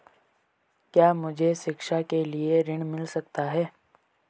क्या मुझे शिक्षा के लिए ऋण मिल सकता है?